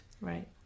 right